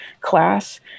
class